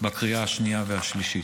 בקריאה השנייה והשלישית.